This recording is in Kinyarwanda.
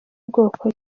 bwoko